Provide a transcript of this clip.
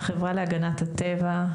החברה להגנת הטבע,